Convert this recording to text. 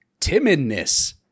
Timidness